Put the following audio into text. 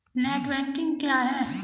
Net banking क्या है?